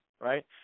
right